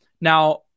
Now